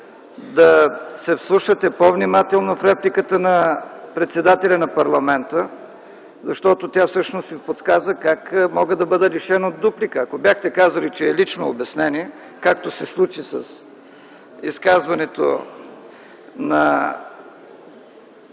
да се вслушате по-внимателно в репликата на председателя на парламента, защото тя всъщност Ви подсказа как мога да бъда лишен от дуплика. Ако бяхте казали, че е лично обяснение, както се случи с изказването на